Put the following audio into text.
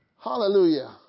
Hallelujah